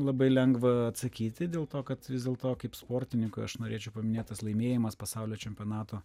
labai lengva atsakyti dėl to kad vis dėlto kaip sportininkui aš norėčiau paminėti tas laimėjimas pasaulio čempionato